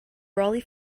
brolly